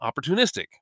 opportunistic